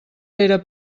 era